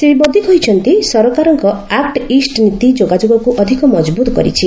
ଶ୍ରୀ ମୋଦି କହିଛନ୍ତି ସରକାରଙ୍କ ଆକ୍ଟ୍ରିଷ୍ଟ ନୀତି ଯୋଗାଯୋଗକୁ ଅଧିକ ମଜବୁତ କରିଛି